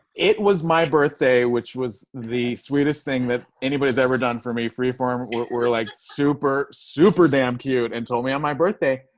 it was my birthday which was the weirdest thing that anybody's ever done for me. freeform were like super, super damn cute and told me on my birthday.